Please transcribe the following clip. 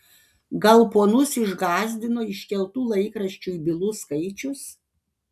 gal ponus išgąsdino iškeltų laikraščiui bylų skaičius